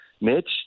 Mitch